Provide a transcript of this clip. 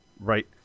right